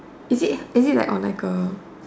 is it is it on like a